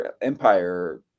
empire